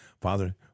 Father